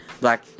black